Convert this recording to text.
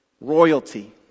Royalty